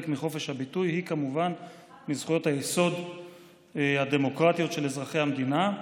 מחופש הביטוי היא כמובן מזכויות היסוד הדמוקרטיות של אזרחי המדינה,